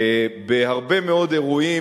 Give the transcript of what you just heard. בהרבה מאוד אירועים,